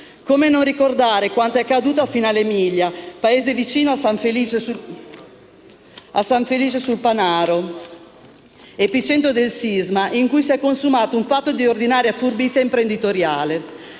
Come non ricordare quanto accaduto a Finale Emilia, paese vicino a San Felice sul Panaro, epicentro del sisma, in cui si è consumato un fatto di ordinaria furbizia imprenditoriale.